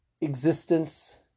existence